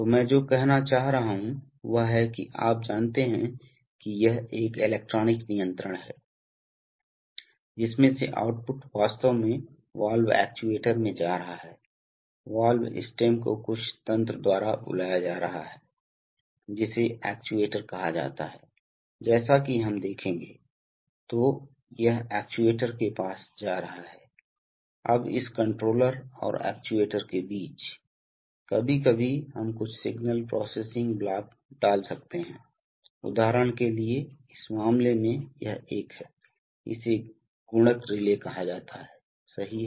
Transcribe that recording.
तो मैं जो कहना चाह रहा हूं वह है कि आप जानते हैं कि यह एक इलेक्ट्रॉनिक नियंत्रक है जिसमें से आउटपुट वास्तव में वाल्व एक्ट्यूएटर में जा रहा है वाल्व स्टेम को कुछ तंत्र द्वारा बुलाया जा रहा है जिसे एक्ट्यूएटर कहा जाता है जैसा कि हम देखेंगे तो यह एक्ट्यूएटर के पास जा रहा है अब इस कंट्रोलर और एक्ट्यूएटर के बीच कभी कभी हम कुछ सिग्नल प्रोसेसिंग ब्लॉक डाल सकते हैं उदाहरण के लिए इस मामले में यह एक है इसे गुणक रिले कहा जाता है सही है